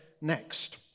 next